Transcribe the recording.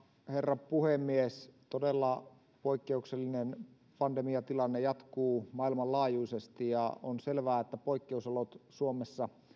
herra puhemies todella poikkeuksellinen pandemiatilanne jatkuu maailmanlaajuisesti ja on selvää että poikkeusolot suomessa